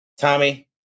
tommy